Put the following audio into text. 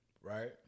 Right